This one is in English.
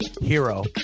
hero